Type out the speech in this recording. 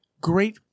great